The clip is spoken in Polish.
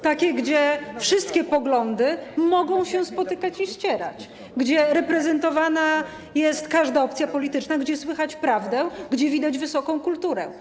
Takie, gdzie wszystkie poglądy mogą się spotykać i ścierać, gdzie reprezentowana jest każda opcja polityczna, gdzie słychać prawdę, gdzie widać wysoką kulturę.